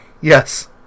yes